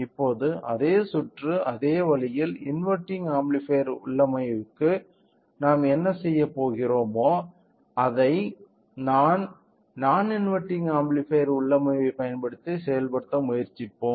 இப்போது அதே சுற்று அதே வழியில் இன்வெர்டிங் ஆம்ப்ளிஃபையர் உள்ளமைவுக்கு நாம் என்ன செய்தோமோ அதைத் நான் இன்வெர்டிங் ஆம்ப்ளிஃபையர் உள்ளமைவைப் பயன்படுத்தி செயல்படுத்த முயற்சிப்போம்